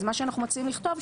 אז מה שאנחנו מציעים לכתוב,